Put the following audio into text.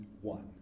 one